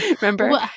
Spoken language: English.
Remember